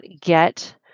get